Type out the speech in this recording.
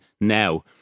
now